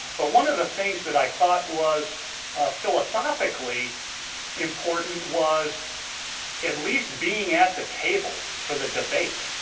but one of the things that i thought was philosophically important was at least being at the table for the debate.